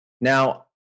Now